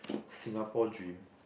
Singapore dream